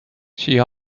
she